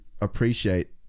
appreciate